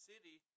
city